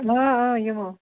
یِمو